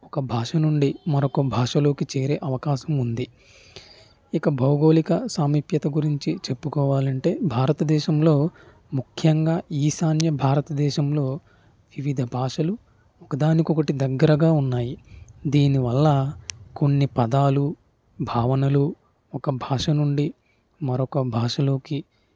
ఒక భాష నుండి మరొక భాషలోకి చేరే అవకాశం ఉంది ఇక భౌగోళిక సామీప్యత గురించి చెప్పుకోవాలంటే భారతదేశంలో ముఖ్యంగా ఈశాన్య భారతదేశంలో వివిధ భాషలు ఒకదానికొకటి దగ్గరగా ఉన్నాయి దీనివల్ల కొన్ని పదాలు భావనలు ఒక భాష నుండి మరొక భాషలోకి